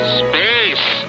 space